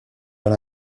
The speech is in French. dans